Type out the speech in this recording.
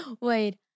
Wait